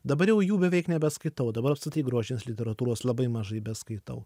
dabar jau jų beveik nebeskaitau dabar apskritai grožinės literatūros labai mažai beskaitau